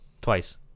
Twice